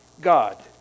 God